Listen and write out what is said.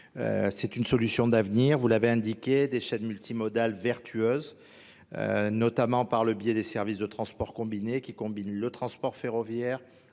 C'est une solution d'avenir, vous l'avez indiqué, des chaînes multimodales vertueuses, notamment par le biais des services de transports combinés qui combinent le transport ferroviaire